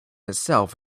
itself